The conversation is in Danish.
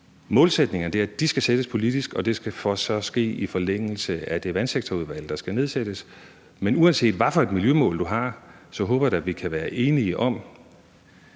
målsætningerne sættes politisk, og det skal ske i forlængelse af det vandreguleringsudvalg, der skal nedsættes. Men uanset hvilke miljømål du har, håber jeg da, at vi kan være enige om,